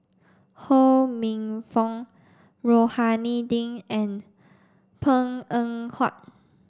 Ho Minfong Rohani Din and Png Eng Huat